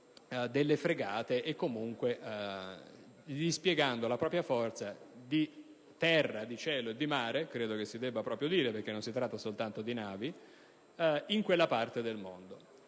fregate e comunque dispiegando la propria forza di terra, di cielo e di mare (credo che si debba proprio dire, perché non si tratta soltanto di navi) in quella parte del mondo.